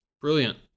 Brilliant